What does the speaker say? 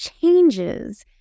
changes